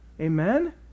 Amen